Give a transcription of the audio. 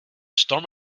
storm